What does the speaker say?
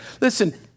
Listen